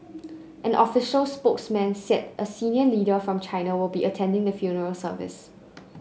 an official spokesman said a senior leader from China will be attending the funeral service